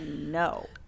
no